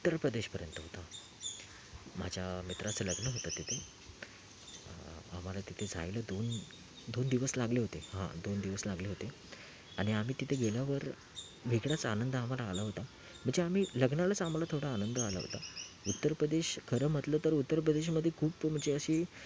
उत्तर प्रदेशपर्यंत होता माझ्या मित्राचं लग्न होतं तिथे आम्हाला तिथे जायला दोन दोन दिवस लागले होते हां दोन दिवस लागले होते आणि आम्ही तिथे गेल्यावर वेगळाच आनंद आम्हाला आला होता म्हणजे आम्ही लग्नालाच आम्हाला थोडा आनंद आला होता उत्तर प्रदेश खरं म्हटलं तर उत्तर प्रदेशमध्ये खूप म्हणजे अशी